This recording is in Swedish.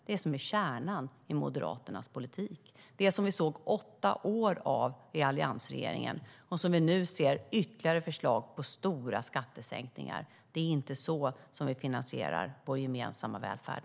Det är kärnan i Moderaternas politik, och det såg vi åtta år av i alliansregeringen. Nu ser vi ytterligare förslag på skattesänkningar, men det är inte så vi finansierar vår gemensamma välfärd.